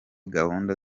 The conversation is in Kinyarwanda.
gahunda